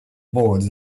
boards